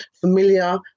familiar